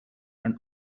and